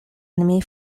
enemy